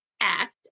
Act